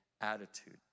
attitude